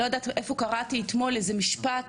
אני לא יודעת איפה קראתי אתמול איזה משפט,